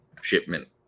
shipment